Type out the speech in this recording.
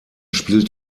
spielt